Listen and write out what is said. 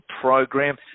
program